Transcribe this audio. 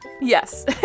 Yes